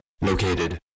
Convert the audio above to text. located